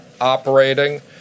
operating